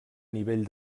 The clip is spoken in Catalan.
nivell